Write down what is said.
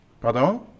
Pardon